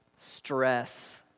Stress